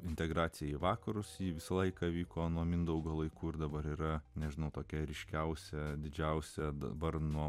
integracijai į vakarus ji visą laiką vyko nuo mindaugo laikų ir dabar yra nežinau tokia ryškiausia didžiausią dabar nuo